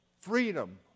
freedom